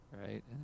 right